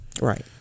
Right